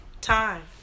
time